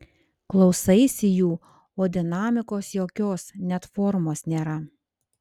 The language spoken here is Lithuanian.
klausaisi jų o dinamikos jokios net formos nėra